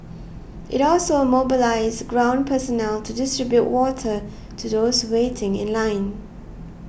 it also mobilised ground personnel to distribute water to those waiting in line